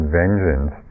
vengeance